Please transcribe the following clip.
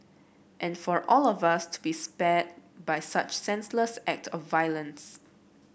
and for all of us to be spared by such senseless act of violence